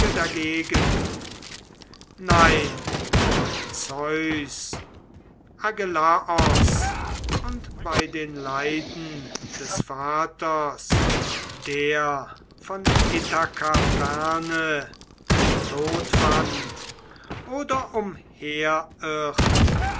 dagegen nein bei zeus agelaos und bei den leiden des vaters der von ithaka ferne den tod fand oder umherirrt